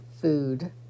food